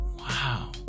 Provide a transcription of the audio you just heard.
Wow